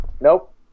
Nope